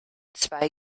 zwei